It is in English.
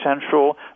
central